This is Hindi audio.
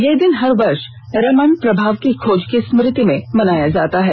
ये दिन हर वर्ष रमन प्रभाव की खोज की स्मृति में मनाया जाता है